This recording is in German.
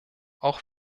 auch